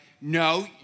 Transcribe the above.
no